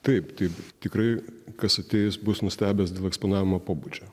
taip taip tikrai kas ateis bus nustebęs dėl eksponavimo pobūdžio